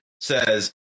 says